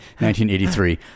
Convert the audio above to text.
1983